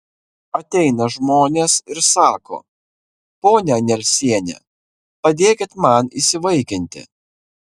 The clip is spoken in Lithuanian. ateina žmonės ir sako ponia nelsiene padėkit man įsivaikinti